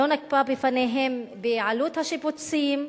לא נקבה בפניהם בעלות השיפוצים,